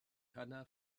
hannah